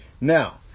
Now